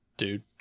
dude